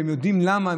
הם יודעים למה.